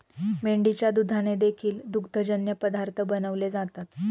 मेंढीच्या दुधाने देखील दुग्धजन्य पदार्थ बनवले जातात